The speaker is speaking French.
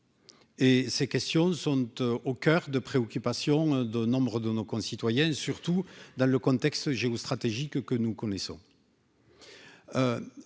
Et ces questions sont au coeur de préoccupations de nombres de nos concitoyens, surtout dans le contexte géostratégique que nous connaissons.